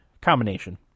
combination